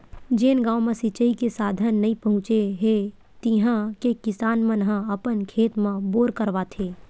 जेन गाँव म सिचई के साधन नइ पहुचे हे तिहा के किसान मन ह अपन खेत म बोर करवाथे